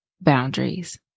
boundaries